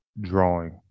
drawing